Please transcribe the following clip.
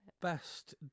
Best